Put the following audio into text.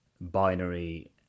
binary